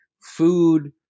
food